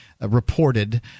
reported